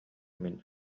мин